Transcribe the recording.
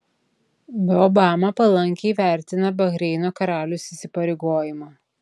b obama palankiai vertina bahreino karaliaus įsipareigojimą